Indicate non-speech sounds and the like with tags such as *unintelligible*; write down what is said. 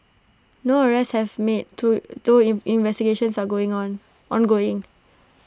no arrests have made to though *unintelligible* investigations are going on ongoing